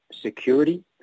security